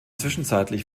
zwischenzeitlich